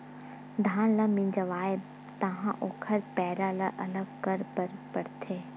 धान ल मिंजवाबे तहाँ ओखर पैरा ल अलग करे बर परथे